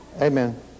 Amen